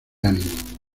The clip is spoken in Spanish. ánimo